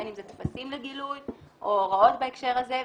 בין אם זה טפסים לגילוי או הוראות בהקשר הזה,